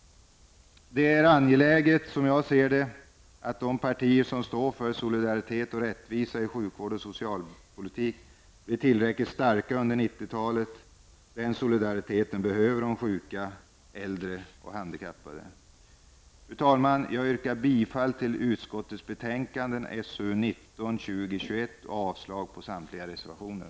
Det är angeläget, som jag ser det, att de partier som står för solidaritet och rättvisa i sjukvård och socialpolitik blir tillräckligt starka under 90-talet. Solidaritet och rättvisa behöver de sjuka, äldre och handikappade. Fru talman! Jag yrkar bifall till hemställan i betänkandena SoU19, 20 och 21 och avslag på samtliga reservationer.